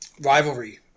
rivalry